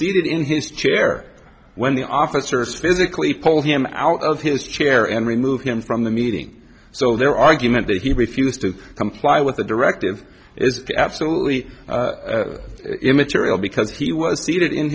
seated in his chair when the officers physically pull him out of his chair and remove him from the meeting so their argument that he refused to comply with the directive is absolutely immaterial because he was se